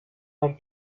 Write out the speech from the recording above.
and